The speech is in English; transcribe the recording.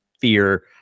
fear